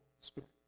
Spirit